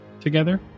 together